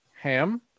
ham